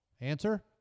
Answer